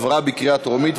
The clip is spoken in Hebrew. קריאה טרומית.